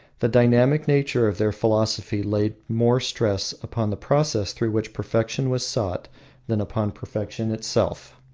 the dynamic nature of their philosophy laid more stress upon the process through which perfection was sought than upon perfection itself.